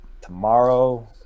tomorrow